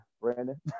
Brandon